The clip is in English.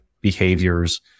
behaviors